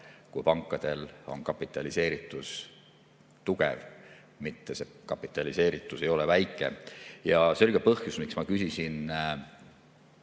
kui pankadel on kapitaliseeritus tugev, mitte see kapitaliseeritus ei ole väike. Selge põhjus, miks ma küsisin